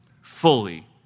fully